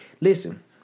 Listen